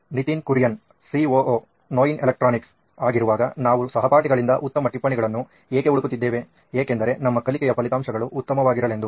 Nitin Kurian COO ನೋಯಿನ್ electronics ಹಾಗಿರುವಾಗ ನಾವು ಸಹಪಾಠಿಗಳಿಂದ ಉತ್ತಮ ಟಿಪ್ಪಣಿಗಳನ್ನು ಏಕೆ ಹುಡುಕುತ್ತಿದ್ದೇವೆ ಏಕೆಂದರೆ ನಮ್ಮ ಕಲಿಕೆಯ ಫಲಿತಾಂಶಗಳು ಉತ್ತಮವಾಗಿರಲೆಂದು